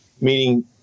meaning